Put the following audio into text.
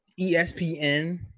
ESPN